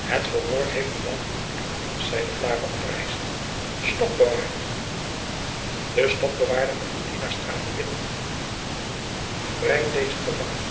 het verhoor heeft nu lang genoeg geduurd zeide de vlaere oprijzende stokbewaarder de stokbewaarder en de dienaars traden binnen breng dezen gevangene